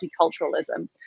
multiculturalism